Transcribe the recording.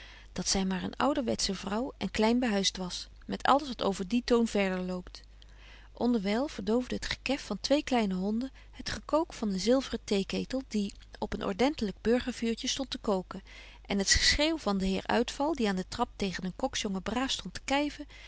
dat zy maar een ouwerwetze vrouw en klein behuist was met alles wat over dien toon verder loopt onderwyl verdoofde het gekèf van twee kleine honden het gekook van een zilveren theeketel die op een ordentelyk burgervuurtje stondt te koken en het geschreeuw van den heer uitval die aan den trap tegen een koksjongen braaf stondt te kyven